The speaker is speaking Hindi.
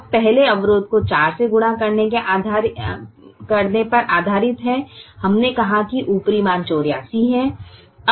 अब पहले अवरोध को 4 से गुणा करने पर आधारित है हमने कहा है कि ऊपरी अनुमान 84 है